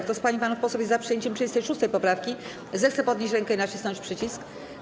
Kto z pań i panów posłów jest za przyjęciem 36. poprawki, zechce podnieść rękę i nacisnąć przycisk.